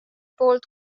poolt